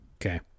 Okay